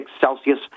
Celsius